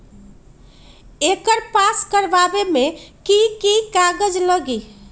एकर पास करवावे मे की की कागज लगी?